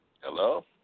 Hello